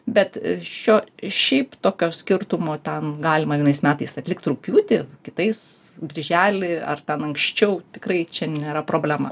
bet šio šiaip tokio skirtumo ten galima vienais metais atlikt rugpjūtį kitais birželį ar ten anksčiau tikrai čia nėra problema